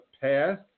path